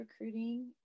Recruiting